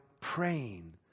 praying